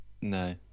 No